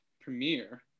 premiere